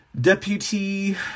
deputy